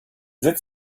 sitz